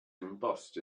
embossed